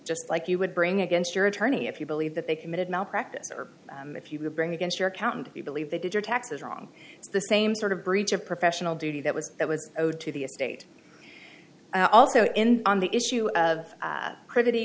just like you would bring against your attorney if you believe that they committed malpractise or if you bring against your accountant if you believe they did your taxes wrong it's the same sort of breach of professional duty that was that was owed to the estate also in on the issue of